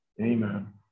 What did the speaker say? Amen